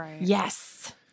Yes